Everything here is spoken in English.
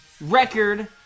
record